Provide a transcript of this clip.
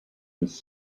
was